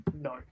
No